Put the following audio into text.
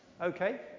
Okay